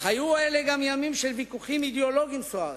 אך היו אלה גם ימים של ויכוחים אידיאולוגיים סוערים.